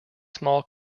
small